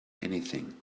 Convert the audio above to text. anything